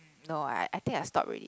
no I I think I stop already